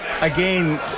again